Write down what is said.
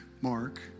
Mark